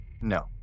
No